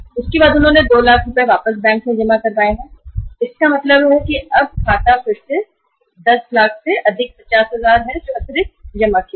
इसके बाद उसने 2 लाख रुपए वापस बैंक में जमा करवाए हैं तो इसका मतलब है खाते में10 लाख रुपए है और 50000 रुपए अतिरिक्त है जो उसने जमा कराए हैं